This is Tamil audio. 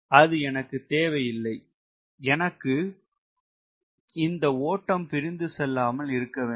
அது எனக்கு தேவை இல்லை எனக்கு இந்த ஓட்டம் பிரிந்து செல்லாமல் இருக்க வேண்டும்